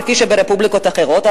כפי שהיה ברפובליקות אחרות,